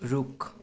रुख